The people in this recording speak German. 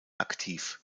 aktiv